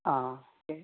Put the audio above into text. ആ ഓക്കെ